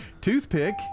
Toothpick